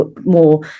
more